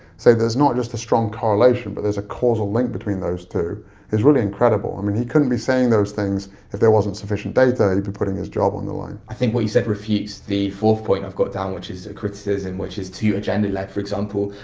say there's not just a strong correlation but there's a causal link between those two is really incredible. i mean, he couldn't be saying those things if there wasn't sufficient data, he'd be putting his job on the line. i think what you said refutes the fourth point i've got down, which is a criticism which is too agenda led. for example,